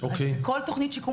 כל תכנית שיקום,